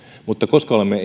mutta koska olemme